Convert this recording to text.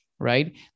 right